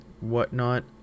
whatnot